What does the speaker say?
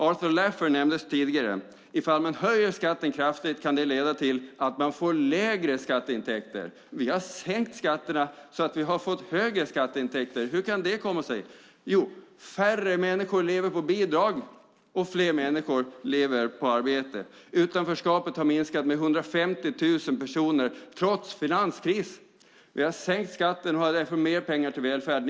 Arthur Laffer nämndes tidigare. Ifall man höjer skatten kraftigt kan det leda till att man får lägre skatteintäkter. Vi har sänkt skatterna så att vi har fått högre skatteintäkter. Hur kan det komma sig? Jo, färre människor lever på bidrag och fler människor lever på arbete. Utanförskapet har minskat med 150 000 personer, trots finanskris. Vi har sänkt skatten och har därför mer pengar till välfärden.